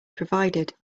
provided